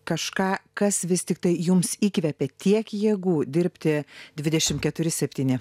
kažką kas vis tiktai jums įkvepia tiek jėgų dirbti dvidešim keturi septyni